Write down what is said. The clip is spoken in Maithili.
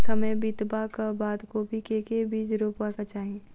समय बितबाक बाद कोबी केँ के बीज रोपबाक चाहि?